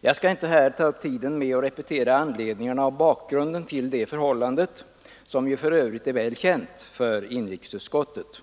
Jag skall inte här ta upp tiden med att repetera anledningarna och bakgrunden till detta förhållande, som ju för övrigt är väl känt för inrikesutskottet.